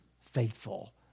faithful